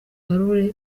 izo